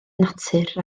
natur